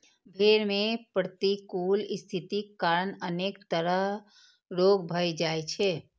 भेड़ मे प्रतिकूल स्थितिक कारण अनेक तरह रोग भए जाइ छै